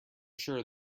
sure